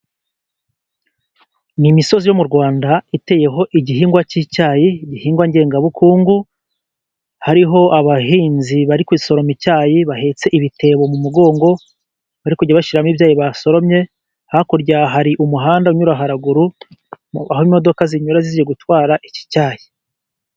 Ni imisozi yo mu Rwanda iteyeho igihingwa cy'icyayi, igihingwa ngengabukungu. Hariho abahinzi bari gusoroma icyayi bahetse ibitebo mu mugongo, bari kujya bashyiramo ibyayi basoromye. Hakurya hari umuhanda unyura haruguru, aho imodoka zinyura zigiye gutwara iki cyayi.